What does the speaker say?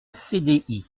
cdi